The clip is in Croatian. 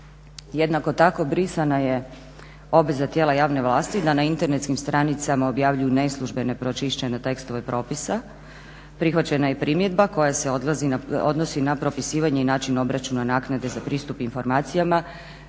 Jednako tako brisana je obveza tijela javne vlasti da na internetskim stranicama objavljuju neslužbene pročišćene tekstove propisa. Prihvaćena je i primjedba koja se odnosi na propisivanje i način obračuna naknade za pristup informacijama